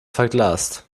verglast